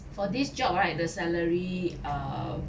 for this job right the salary um